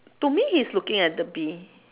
to me he's looking at the bee